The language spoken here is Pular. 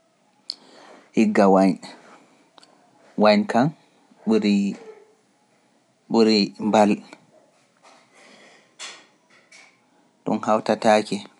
igga wine, waiñ, wañ kam ɓuuri mbal, ɗum hawtataake.